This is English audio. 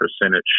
percentage